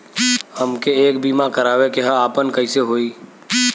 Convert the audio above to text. हमके एक बीमा करावे के ह आपन कईसे होई?